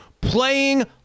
playing